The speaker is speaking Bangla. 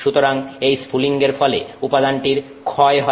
সুতরাং এই স্ফুলিঙ্গের ফলে উপাদানটি ক্ষয় হয়